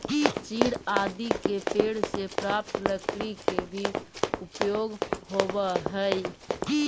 चीड़ आदि के पेड़ से प्राप्त लकड़ी के भी उपयोग होवऽ हई